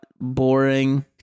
boring